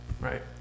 Right